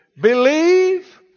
Believe